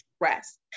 rest